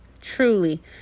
Truly